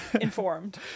informed